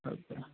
okay